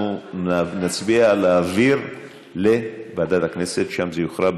אנחנו נצביע לוועדת הכנסת, ושם זה יוכרע.